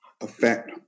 effect